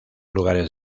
lugares